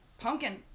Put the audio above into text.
pumpkin